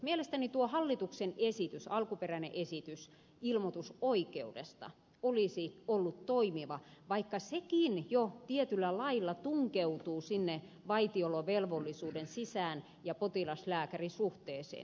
mielestäni tuo hallituksen alkuperäinen esitys ilmoitusoikeudesta olisi ollut toimiva vaikka sekin jo tietyllä lailla tunkeutuu sinne vaitiolovelvollisuuden sisään ja potilaslääkäri suhteeseen